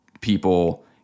people